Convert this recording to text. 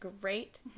great